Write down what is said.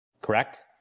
Correct